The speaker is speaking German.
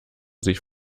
sich